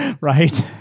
Right